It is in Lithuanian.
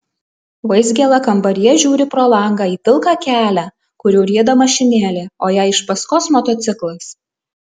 vaizgėla kambaryje žiūri pro langą į pilką kelią kuriuo rieda mašinėlė o jai iš paskos motociklas